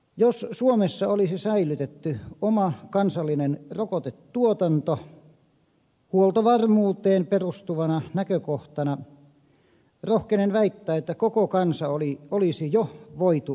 jos suomessa olisi säilytetty oma kansallinen rokotetuotanto huoltovarmuuteen perustuvana näkökohtana rohkenen väittää että koko kansa olisi jo voitu rokottaa